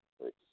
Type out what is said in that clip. Right